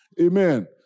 Amen